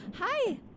Hi